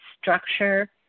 structure